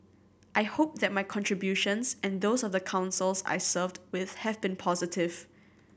I hope that my contributions and those of the Councils I served with have been positive